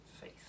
faith